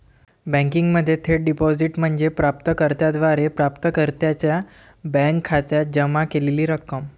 बँकिंगमध्ये थेट डिपॉझिट म्हणजे प्राप्त कर्त्याद्वारे प्राप्तकर्त्याच्या बँक खात्यात जमा केलेली रक्कम